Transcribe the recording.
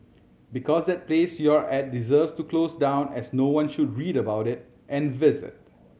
because that place you're at deserve to close down as no one should read about it and visit